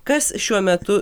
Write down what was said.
kas šiuo metu